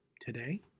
today